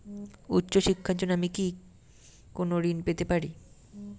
উচ্চশিক্ষার জন্য আমি কি কোনো ঋণ পেতে পারি?